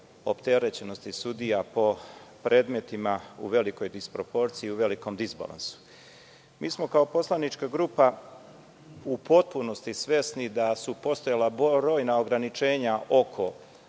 opterećenosti sudija po predmetima, u velikoj disproporciji i u velikom disbalansu. Mi smo kao poslanička grupa u potpunosti svesni da su postojala brojna ograničenja oko